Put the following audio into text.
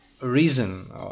reason